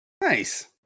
Nice